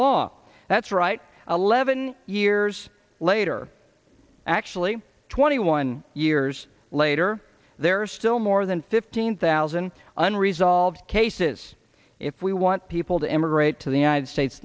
law that's right eleven years later actually twenty one years later there are still more than fifteen thousand unresolved cases if we want people to immigrate to the united states